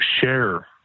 share